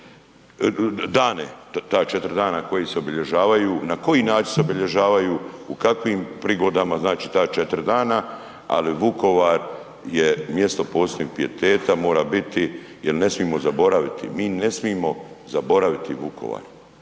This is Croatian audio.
ovaj, dane, ta 4 dana koji se obilježavaju, na koji način se obilježavaju, u kakvim prigodama, znači ta 4 dana, ali Vukovar je mjesto posebnog pijeteta mora biti jer ne smijemo zaboraviti, mi ne smijemo zaboraviti Vukovar.